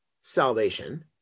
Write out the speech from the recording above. salvation